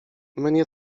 mnie